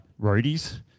roadies